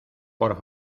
por